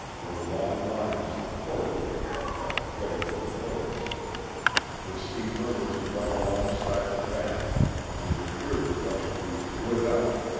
where long lines of cord wood were kept ready for the boats the steamer was run alongside the bank and the crew rushed to wood-up.